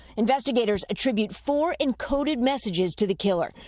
investigators attribute four encoded messages to the killer.